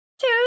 Two